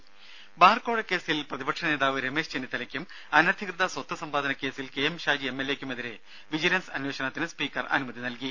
ദേദ ബാർകോഴ കേസിൽ പ്രതിപക്ഷനേതാവ് രമേശ് ചെന്നിത്തലയ്ക്കും അനധികൃത സ്വത്ത് സമ്പാദനകേസിൽ കെ എം ഷാജി എം എൽഎയ്ക്കുമതിരെ വിജിലൻസ് അന്വേഷണത്തിന് സ്പീക്കർ അനുമതി നൽകി